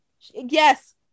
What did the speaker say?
Yes